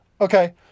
Okay